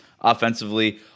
offensively